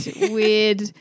weird